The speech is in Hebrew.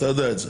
אתה יודע את זה.